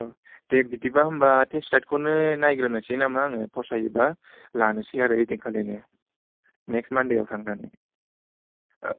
औ दे बिदिब्ला होमबा टेस्ट राइडखौनो नायग्रोनोसै नामा आङो फसायोब्ला लानोसै आरो ओइदिनखालिनो नेक्स्ट मान्डेयाव थांनानै ओ